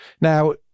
Now